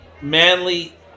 manly